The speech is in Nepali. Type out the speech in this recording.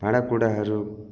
भाँडाकुँडाहरू